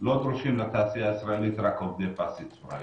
לא דרושים לתעשייה הישראלית רק עובדי פס ייצור היום,